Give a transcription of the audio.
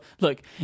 look